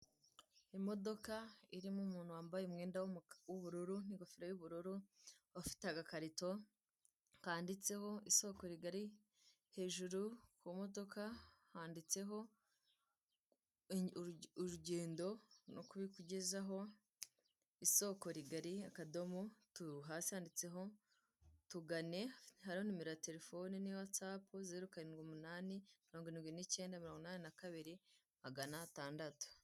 Imodoka irimo umuntu wambaye umwenda w'ubururu n'ingofero y'ubururu, ufite agakarito kandiditseho "Isoko rigari", hejuru ku modoka handitseho "urugendo no kubikugezaho isoko rigari akadomo", hasi handitseho "tugane", hariho numero ya terefoni na whatsapu, zeru karindwi, umunani mirongo irindwi n'icyenda, mirongo inani na kabiri, magana atandatu.